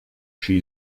she